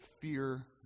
fear